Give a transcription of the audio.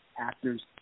actors